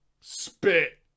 Spit